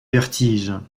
vertige